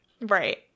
Right